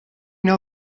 know